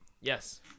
Yes